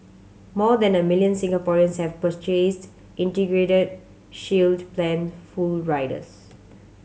more than a million Singaporeans have purchased Integrated Shield Plan full riders